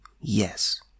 Yes